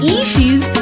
issues